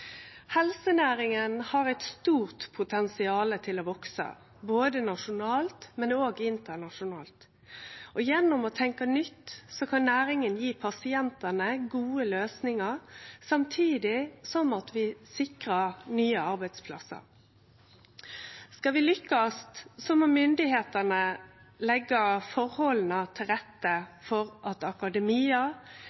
Helsenæringa har eit stort potensial til å vekse, både nasjonalt og internasjonalt. Gjennom å tenkje nytt kan næringa gje pasientane gode løysingar samtidig som vi sikrar nye arbeidsplassar. Skal vi lykkast, må myndigheitene leggje forholda til rette